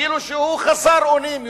כאילו שהוא חסר אונים,